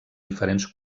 diferents